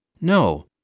No